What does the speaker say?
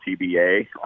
TBA